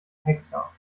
hektar